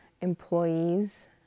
employees